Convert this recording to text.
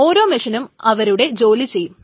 ഓരോ മെഷീനും അവരുടെ ജോലി ചെയ്യും